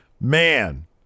Man